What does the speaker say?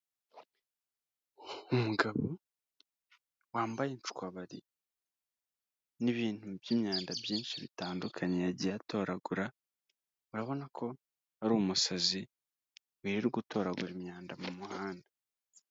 Umugabo wambaye inshwabari n'ibintu by'imyanda byinshi bitandukanye yagiye atoragura, urabona ko ari umusazi wirirwa utoragura imyanda mu muhanda.